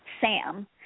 Sam